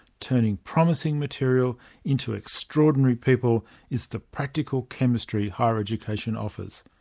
turning promising material into extraordinary people is the practical chemistry higher education offers.